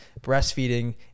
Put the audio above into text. breastfeeding